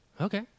Okay